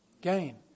Gain